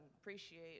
appreciate